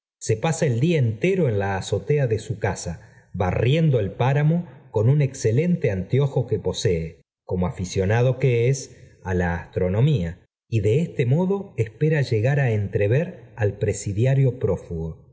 se pasa el día entero en la azotea de su casa barriendo el páramo con un excelente anteojo que posee como aficionado que es á la astronomía y de este modo espera llegar á entrever al presidiario prófugo